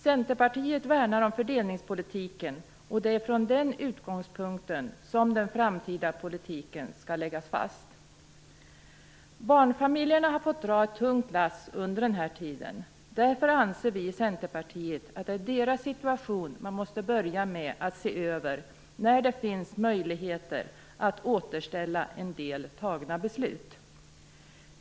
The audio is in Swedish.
Centerpartiet värnar om fördelningspolitiken, och det är från den utgångspunkten som den framtida politiken skall läggas fast. Barnfamiljerna har fått dra ett tungt lass under den här tiden. Därför anser vi i Centerpartiet att det är deras situation som man måste börja med att se över när det finns möjligheter att återställa en del tagna beslut.